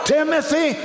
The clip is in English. Timothy